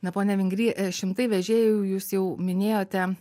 na pone vingry e šimtai vežėjų jūs jau minėjote